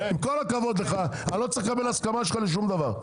עם כל הכבוד לך אני לא צריך לקבל הסכמה שלך לשום דבר,